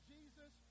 Jesus